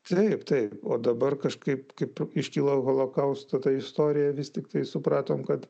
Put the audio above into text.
taip taip o dabar kažkaip kaip iškyla holokausto ta istorija vis tiktai supratom kad